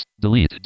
Delete